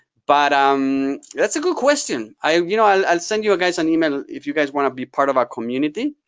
but um that's a good question. i'll you know i'll and send you guys an email if you guys want to be part of a community